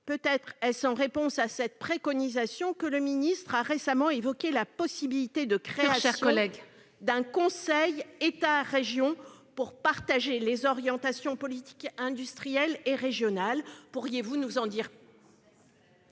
Peut-être est-ce en réponse à cette préconisation que le ministre a récemment évoqué la possibilité de créer un conseil État-régions pour partager les orientations des politiques industrielles nationales et régionales ? Pourriez-vous nous en dire